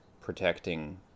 protecting